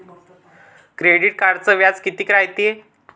Credit कार्डचं व्याज कितीक रायते?